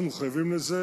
אנחנו מחויבים לזה